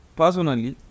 personally